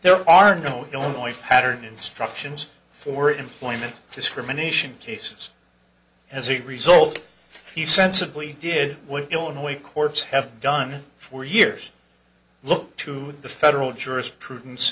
there are no only pattern instructions for employment discrimination cases as a result he sensibly did what illinois courts have done for years look to the federal jurisprudence